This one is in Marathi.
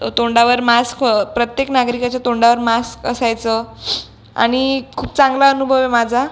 तर तोंडावर मास्क प्रत्येक नागरिकाच्या तोंडावर मास्क असायचं आणि खूप चांगला अनुभव आहे माझा